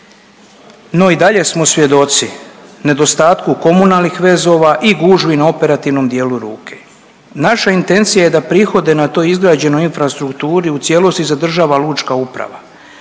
no i dalje smo svjedoci nedostatku komunalnih vezova i gužvi na operativnom dijelu ruke. Naša intencija je da prihode na toj izgrađenoj infrastrukturi u cijelosti zadržava lučka uprava,